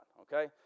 okay